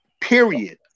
period